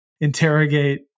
interrogate